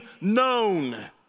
known